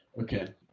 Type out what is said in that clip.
Okay